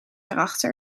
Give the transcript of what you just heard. erachter